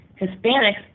Hispanics